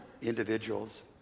individuals